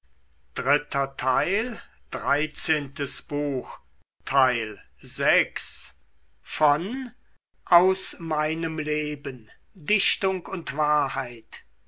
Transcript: goethe aus meinem leben dichtung und wahrheit